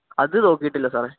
അതു നോക്കിയിട്ടില്ല സാറെ